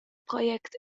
project